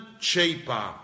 cheaper